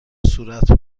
صورت